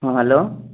ହଁ ହ୍ୟାଲୋ